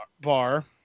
bar